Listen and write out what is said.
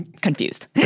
confused